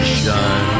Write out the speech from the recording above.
shine